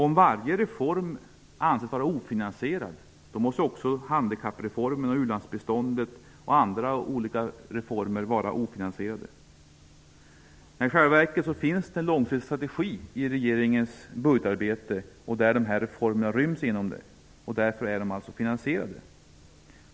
Om varje reform anses vara ofinansierad, måste också handikappreformen och u-landsbiståndet m.m. vara ofinansierade. I själva verket finns det en långsiktig strategi i regeringens budgetarbete där dessa reformer ryms. Därför är de alltså finansierade.